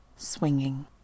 swinging